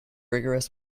rigorous